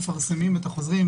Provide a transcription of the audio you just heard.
שמפרסמים את החוזים,